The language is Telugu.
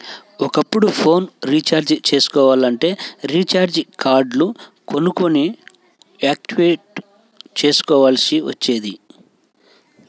ఒకప్పుడు ఫోన్ రీచార్జి చేసుకోవాలంటే రీచార్జి కార్డులు కొనుక్కొని యాక్టివేట్ చేసుకోవాల్సి వచ్చేది